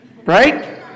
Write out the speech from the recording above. right